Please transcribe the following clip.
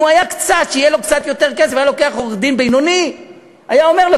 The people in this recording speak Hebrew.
אם היה לו קצת יותר כסף הוא היה לוקח עורך-דין בינוני שהיה אומר לו,